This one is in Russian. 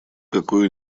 какое